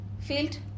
field